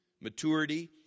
maturity